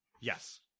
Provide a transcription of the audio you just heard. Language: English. Yes